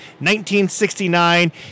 1969